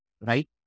right